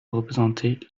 représenter